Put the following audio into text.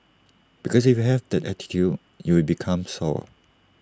because if you have that attitude you will become sour